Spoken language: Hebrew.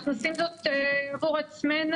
אנחנו עושים זאת עבור עצמנו,